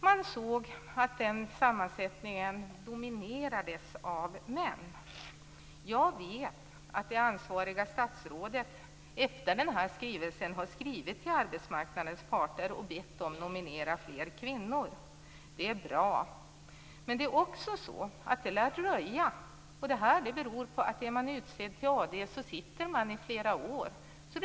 Man såg att domstolen dominerades av män. Jag vet att det ansvariga statsrådet efter denna skrivelse har skrivit till arbetsmarknadens parter och bett dem nominera fler kvinnor. Det är bra. Men den förändringen lär dröja. Det beror på att man sitter i flera år om man är utsedd att sitta i AD.